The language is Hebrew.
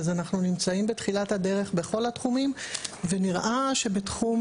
אז אנחנו נמצאים בתחילת הדרך בכל התחומים ונראה שבתחום